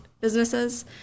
businesses